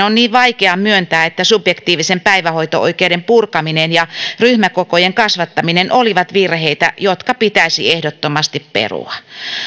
on niin vaikea myöntää että subjektiivisen päivähoito oikeuden purkaminen ja ryhmäkokojen kasvattaminen olivat virheitä jotka pitäisi ehdottomasti perua